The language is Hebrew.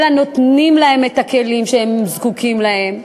אלא נותנים להם את הכלים שהם זקוקים להם,